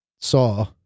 saw